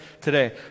today